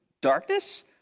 darkness